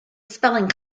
spelling